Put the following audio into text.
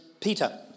Peter